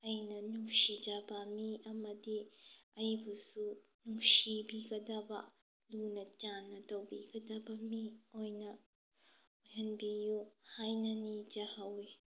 ꯑꯩꯅ ꯅꯨꯡꯁꯤꯖꯕ ꯃꯤ ꯑꯃꯗꯤ ꯑꯩꯕꯨꯁꯨ ꯅꯨꯡꯁꯤꯕꯤꯒꯗꯕ ꯂꯨꯅꯥ ꯆꯥꯟꯅ ꯇꯧꯕꯤꯒꯗꯕ ꯃꯤ ꯑꯣꯏꯅ ꯑꯣꯏꯍꯟꯕꯤꯌꯨ ꯍꯥꯏꯅ ꯅꯤꯖꯍꯧꯏ